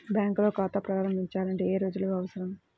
బ్యాంకులో ఖాతా ప్రారంభించాలంటే ఏ రుజువులు అవసరం?